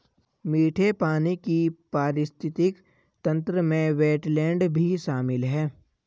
मीठे पानी के पारिस्थितिक तंत्र में वेट्लैन्ड भी शामिल है